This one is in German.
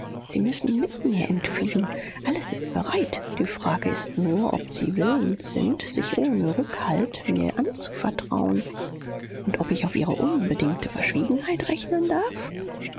sie müssen mit mir entfliehen alles ist bereit die frage ist nur ob sie willens sind sich ohne rückhalt mir anzuvertrauen und ob ich auf ihre unbedingte verschwiegenheit rechnen darf